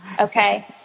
okay